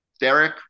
Derek